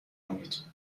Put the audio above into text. کنید